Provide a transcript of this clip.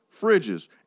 fridges